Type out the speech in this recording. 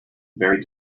very